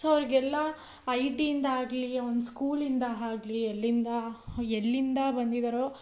so ಅವ್ರಿಗೆಲ್ಲ ಐ ಟಿಯಿಂದಾಗಲಿ ಒಂದು ಸ್ಕೂಲಿಂದ ಆಗ್ಲಿ ಎಲ್ಲಿಂದ ಎಲ್ಲಿಂದ ಬಂದಿದ್ದಾರೋ